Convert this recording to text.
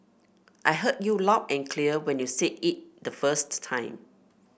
I heard you loud and clear when you said it the first time